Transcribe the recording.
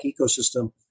ecosystem